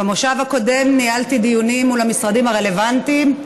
במושב הקודם ניהלתי דיונים מול המשרדים הרלוונטיים,